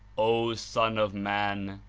o son of man!